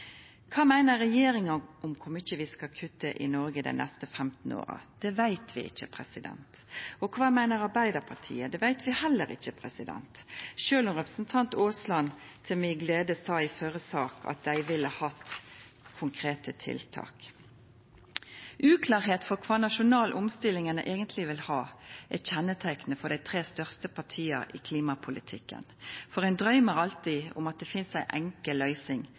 Kva meiner regjeringa om kor mykje vi skal kutta i Noreg dei neste 15 åra? Det veit vi ikkje. Og kva meiner Arbeidarpartiet? Det veit vi heller ikkje, sjølv om representanten Aasland til mi glede sa i førre sak at dei ville ha konkrete tiltak. Uklarheit om kva nasjonal omstilling ein eigentleg vil ha, er eit kjenneteikn for dei tre største partia i klimapolitikken, for ein drøymer alltid om at det finst ei enkel løysing